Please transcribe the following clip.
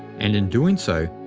and in doing so,